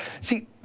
See